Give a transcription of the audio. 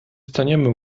staniemy